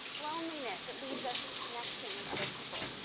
loneliness, it leads us to connection with other people,